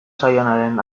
zaionaren